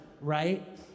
right